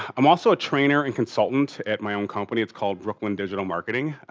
i'm also a trainer and consultant at my own company. it's called brooklyn digital marketing.